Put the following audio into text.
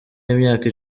w’imyaka